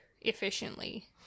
efficiently